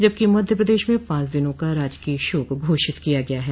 जबकि मध्य प्रदेश में पाँच दिनों का राजकीय शोक घोषित किया गया है